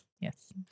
yes